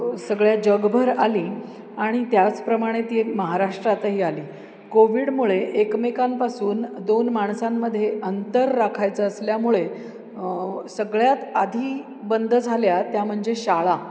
सगळ्या जगभर आली आणि त्याचप्रमाणे ती महाराष्ट्रातही आली कोविडमुळे एकमेकांपासून दोन माणसांमध्ये अंतर राखायचं असल्यामुळे सगळ्यात आधी बंद झाल्या त्या म्हणजे शाळा